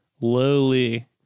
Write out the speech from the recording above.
lowly